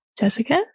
Jessica